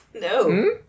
No